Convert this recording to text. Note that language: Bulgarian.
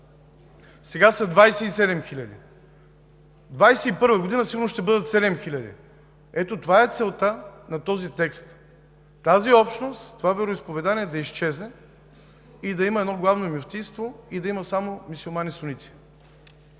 сега са 27 хиляди, 2021 г. сигурно ще бъдат 7 хиляди. Ето това е целта на този текст – тази общност, това вероизповедание да изчезне, да има едно Главно мюфтийство и да има само мюсюлмани сунити.